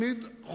תמיד.